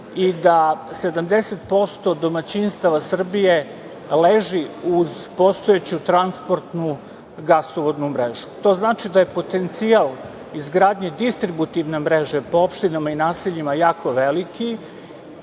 i da 70% domaćinstava Srbije leži uz postojeću transportnu gasovodnu mrežu. To znači da je potencijal izgradnje distributivne mreže po opštinama i naseljima jako veliki.